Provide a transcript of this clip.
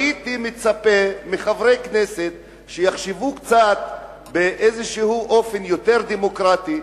הייתי מצפה מחברי כנסת שיחשבו קצת באיזה אופן יותר דמוקרטי,